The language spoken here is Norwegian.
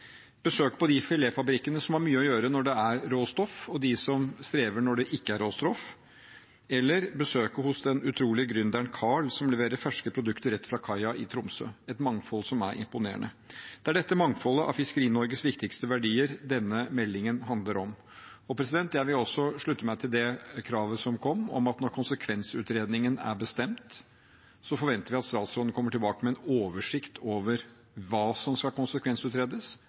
besøk på de filetfabrikkene som har mye å gjøre når det er råstoff, og de som strever når det ikke er råstoff, eller besøket hos den utrolige gründeren Karl, som leverer ferske produkter rett fra kaia i Tromsø – et mangfold som er imponerende. Det er dette mangfoldet av Fiskeri-Norges viktigste verdier denne meldingen handler om. Jeg vil også slutte meg til det kravet som kom, om at når konsekvensutredningen er bestemt, forventer vi at statsråden kommer tilbake med en oversikt over hva som skal konsekvensutredes